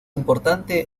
importante